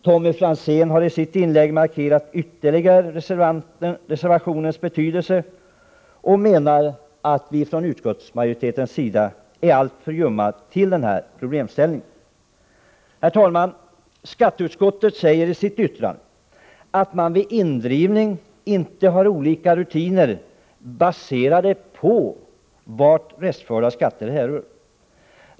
Tommy Franzén har i sitt inlägg ytterligare markerat reservationens betydelse och menar att vi från utskottsmajoritetens sida är alltför ljumma till den här problemställningen. Herr talman! Skatteutskottet säger i sitt yttrande att man vid indrivning inte har olika rutiner, baserade på varifrån restförda skatter härrör.